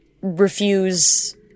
refuse